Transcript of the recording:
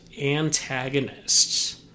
antagonists